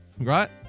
right